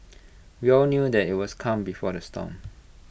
we all knew that IT was calm before the storm